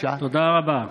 תודה רבה.